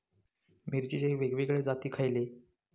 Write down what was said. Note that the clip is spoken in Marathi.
मिरचीचे वेगवेगळे जाती खयले?